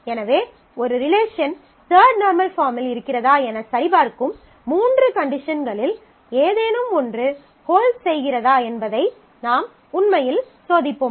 எனவே ஒரு relation third normal பாஃர்ம்மில் இருக்கிறதா எனச் சரிபார்க்கும் மூன்று கண்டிஷன்களில் ஏதேனும் ஒன்று ஹோல்ட்ஸ் செய்கிறதா என்பதை நாம் உண்மையில் சோதிப்போம்